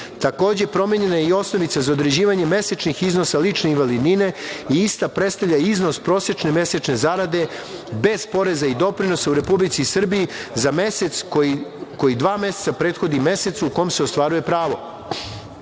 Takođe, promenjena je i osnovica za određivanje mesečnih iznosa lične invalidnine i ista predstavlja iznos prosečne mesečne zarade bez poreza i doprinosa u Republici Srbiji za mesec koji dva meseca prethodi mesecu u kome se ostvaruje pravo. Pravo